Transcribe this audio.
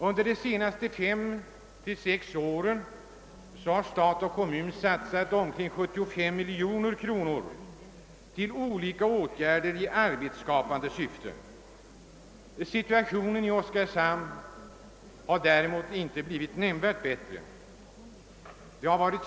Under de senaste fem, sex åren har stat och kommun satsat omkring 75 miljoner kronor till olika åtgärder i arbetsskapande syfte. Situationen i Oskarshamm har dock inte blivit nämnvärt bättre.